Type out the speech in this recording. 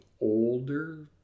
older